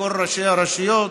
כל ראשי הרשויות